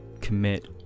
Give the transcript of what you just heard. commit